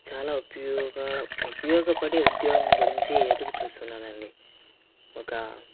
చాలా ఉపయోగ ఉపయోగపడే ఉద్యోగం గురించి ఎదురు చూస్తున్నానండి ఒక